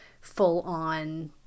full-on